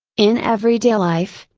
in everyday life,